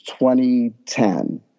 2010